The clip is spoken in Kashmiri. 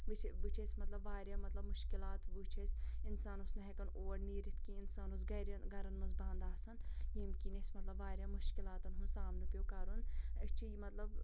وۅںۍ بہٕ چھَس مطلب واریاہ مطلب مُشکِلات وُچھ اَسہِ اِنسان اوس نہٕ ہٮ۪کان اور نیٖرِتھ کیٚنٛہہ اِنسان اوس گرِ گرن منٛز بَنٛد آسان ییٚمہِ کِنۍ أسۍ مطلب واریاہ مُشکِلاتَن ہُنٛد سامنہٕ پٮ۪وو کَرُن أسۍ چھِ یہِ مطلب